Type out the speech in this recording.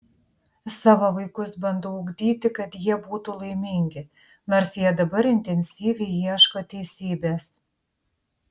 savo vaikus bandau ugdyti kad jie būtų laimingi nors jie dabar intensyviai ieško teisybės